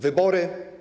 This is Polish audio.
Wybory?